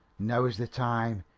now is the time,